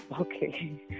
Okay